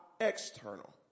external